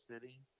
City